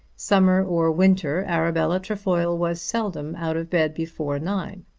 summer or winter arabella trefoil was seldom out of bed before nine.